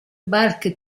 barche